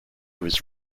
was